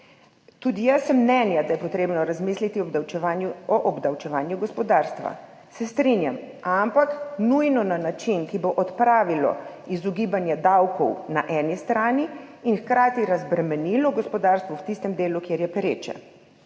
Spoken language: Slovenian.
Tudi jaz menim, da je treba razmisliti o obdavčevanju gospodarstva, se strinjam, ampak nujno na način, ki bo odpravil izogibanje davkom na eni strani in hkrati razbremenil gospodarstvo v tistem delu, kjer je pereče.